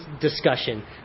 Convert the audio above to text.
discussion